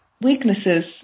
weaknesses